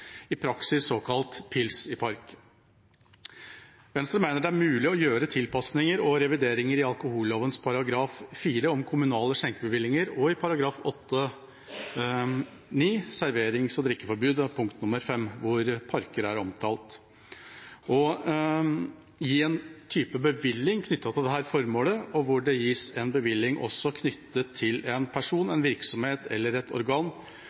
i praksis såkalt pils i park. Venstre mener det er mulig å gjøre tilpasninger og revideringer i alkoholloven § 4, om kommunale skjenkebevillinger, og i § 8-9, serverings- og drikkeforbud, hvor parker er omtalt i punkt 5 – å gi en type bevilling knyttet til dette formålet og også en bevilling knyttet til en person, en virksomhet eller et organ